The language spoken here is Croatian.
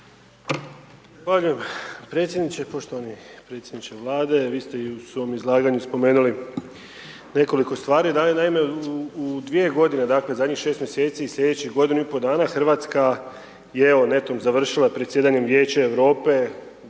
predsjedniče. Poštovani predsjedniče Vlade, vi ste i u svom izlaganju spomenuli nekoliko stvari, da bi naime u dvije godine, dakle, zadnjih šest mjeseci i slijedećih godinu i pol dana RH je, evo, netom završila presjedanjem Vijeće Europe